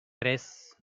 tres